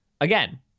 Again